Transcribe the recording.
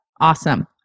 Awesome